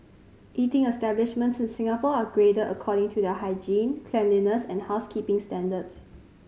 eating establishments in Singapore are graded according to their hygiene cleanliness and housekeeping standards